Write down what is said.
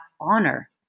honor